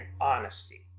honesty